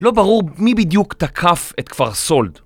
לא ברור מי בדיוק תקף את כפר סולד.